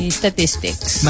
statistics